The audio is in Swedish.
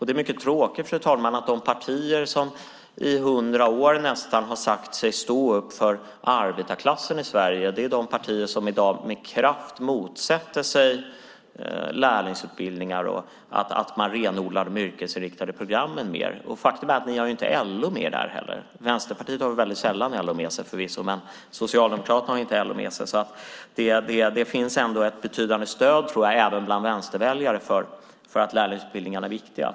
Det är tråkigt att de partier som i nästan hundra år har sagt sig stå upp för arbetarklassen i Sverige i dag är de partier som med kraft motsätter sig lärlingsutbildningar och att man renodlar de yrkesinriktade programmen. Ni har ju inte LO med er där heller. Vänsterpartiet har förvisso väldigt sällan LO med sig, men Socialdemokraterna har inte heller LO med sig här. Jag tror att det finns ett betydande stöd för lärlingsutbildningarna även bland vänsterväljare.